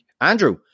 Andrew